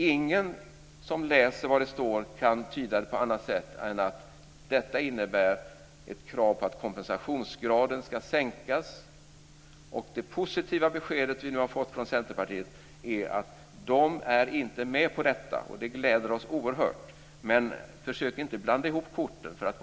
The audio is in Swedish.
Ingen som läser vad det står kan tyda det på annat sätt än att detta innebär ett krav på att kompensationsgraden ska sänkas, och det positiva besked som vi nu har fått från Centerpartiet är att man inte är med på detta. Det gläder oss oerhört, men försök inte blanda ihop korten.